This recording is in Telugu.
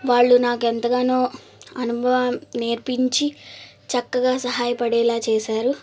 వాళ్ళు నాకు ఎంతగానో అనుభవం నేర్పించి చక్కగా సహాయ పడేలా చేశారు